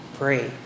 pray